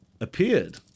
appeared